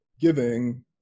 giving